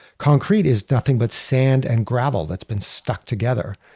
concrete is nothing but sand and gravel that's been stuck together.